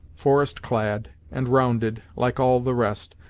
forest clad, and rounded, like all the rest,